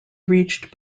reached